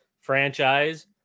franchise